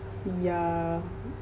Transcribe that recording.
yeah